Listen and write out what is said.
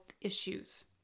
issues